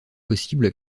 possible